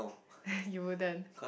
you wouldn't